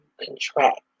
contract